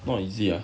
not easy ah